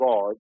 God